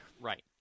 Right